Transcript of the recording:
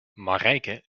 marijke